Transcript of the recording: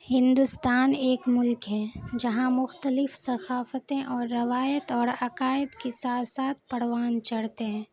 ہندوستان ایک ملک ہے جہاں مختلف ثقافتیں اور روایت اور عقائد کے ساتھ ساتھ پڑوان چڑھتے ہیں